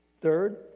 Third